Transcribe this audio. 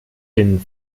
den